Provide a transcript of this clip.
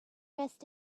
rest